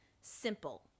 simple